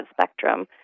spectrum